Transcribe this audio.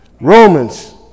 Romans